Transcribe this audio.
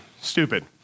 stupid